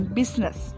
business